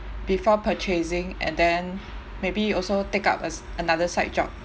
before purchasing and then maybe you also take up a another side job